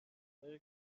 باری